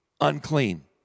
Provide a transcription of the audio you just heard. unclean